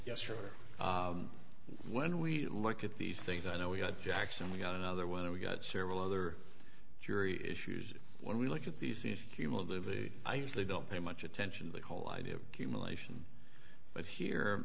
or when we look at these things i know we had jackson we got another one we got several other jury issues when we look at these these cumulatively i usually don't pay much attention to the whole idea of cumulation but here